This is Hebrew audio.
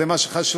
זה מה שחשוב.